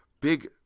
Big